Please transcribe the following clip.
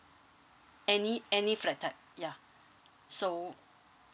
any any flat type yeah so